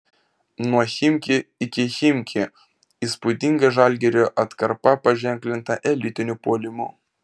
nuo chimki iki chimki įspūdinga žalgirio atkarpa paženklinta elitiniu puolimu